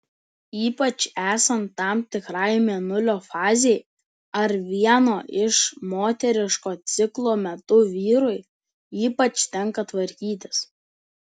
ypač esant tam tikrai mėnulio fazei ar vieno iš moteriško ciklo metu vyrui ypač tenka tvarkytis